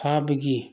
ꯐꯥꯕꯒꯤ